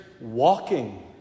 walking